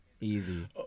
easy